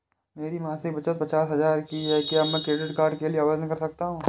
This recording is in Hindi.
मेरी मासिक बचत पचास हजार की है क्या मैं क्रेडिट कार्ड के लिए आवेदन कर सकता हूँ?